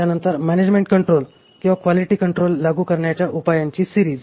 त्यानंतर management control किंवा quality control लागू करण्याच्या उपायांची सिरीज